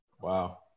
Wow